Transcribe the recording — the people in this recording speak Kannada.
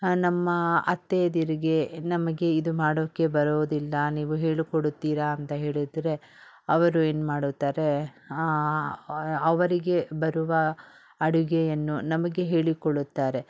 ನಮ್ಮ ಅತ್ತೆಯಂದಿರ್ಗೆ ನಮಗೆ ಇದು ಮಾಡೋಕ್ಕೆ ಬರುವುದಿಲ್ಲ ನೀವು ಹೇಳಿಕೊಡುತ್ತೀರಾ ಅಂತ ಹೇಳಿದ್ರೆ ಅವರು ಏನು ಮಾಡುತ್ತಾರೆ ಅವರಿಗೆ ಬರುವ ಅಡುಗೆಯನ್ನು ನಮಗೆ ಹೇಳಿಕೊಳುತ್ತಾರೆ